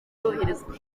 yoherezwa